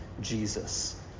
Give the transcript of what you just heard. Jesus